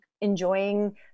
enjoying